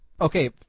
Okay